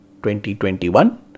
2021